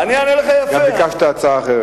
גם ביקשת הצעה אחרת.